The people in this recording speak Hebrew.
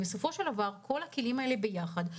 כל הכלים האלה ביחד,